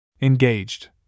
Engaged